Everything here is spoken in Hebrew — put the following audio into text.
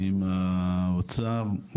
עם האוצר,